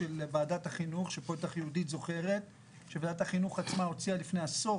שוועדת החינוך עצמה הוציאה לפני עשור,